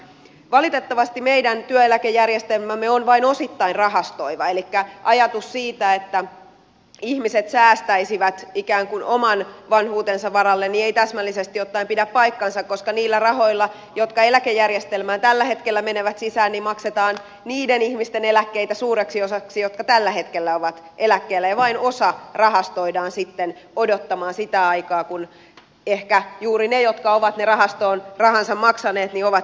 valitettavasti meidän työeläkejärjestelmämme on vain osittain rahastoiva elikkä ajatus siitä että ihmiset säästäisivät ikään kuin oman vanhuutensa varalle ei täsmällisesti ottaen pidä paikkaansa koska niillä rahoilla jotka eläkejärjestelmään tällä hetkellä menevät sisään maksetaan suureksi osaksi niiden ihmisten eläkkeitä jotka tällä hetkellä ovat eläkkeellä ja vain osa rahastoidaan sitten odottamaan sitä aikaa kun ehkä juuri ne jotka ovat ne rahansa rahastoon maksaneet ovat sitten eläkkeellä